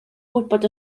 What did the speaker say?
gwybod